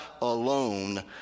alone